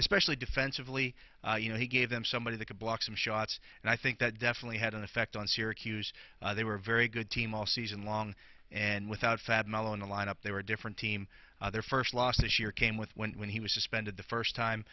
especially defensively you know he gave them somebody that could block some shots and i think that definitely had an effect on syracuse they were very good team all season long and without fab melo in the lineup they were a different team their first loss this year came with went when he was suspended the first time